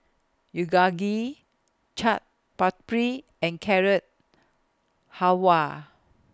Chaat Papri and Carrot Halwa